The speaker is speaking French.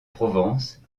provence